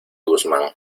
guzmán